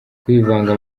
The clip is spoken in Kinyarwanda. kwivanga